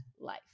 Life